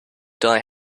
die